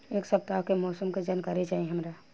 एक सपताह के मौसम के जनाकरी चाही हमरा